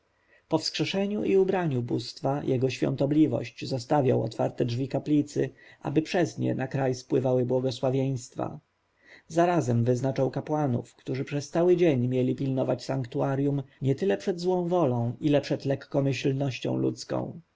wskrzeszeniu i ubraniu bóstwa jego świątobliwość zostawiał otwarte drzwi kaplicy aby przez nie na kraj spływały błogosławieństwa zarazem wyznaczał kapłanów którzy przez cały dzień mieli pilnować sanktuarjum nietyle przed złą wolą ile przed lekkomyślnością ludzką